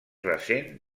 recent